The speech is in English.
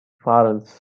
farce